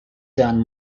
done